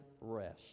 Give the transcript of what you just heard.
rest